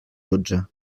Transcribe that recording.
dotze